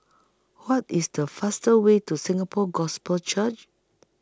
What IS The fastest Way to Singapore Gospel Church